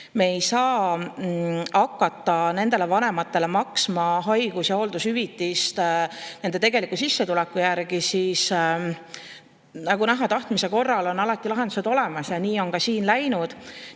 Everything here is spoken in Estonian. me ei saa hakata nendele vanematele maksma haigus- ja hooldushüvitist nende tegeliku sissetuleku järgi. Nagu näha, tahtmise korral on lahendused alati olemas, ja nii on ka siin läinud.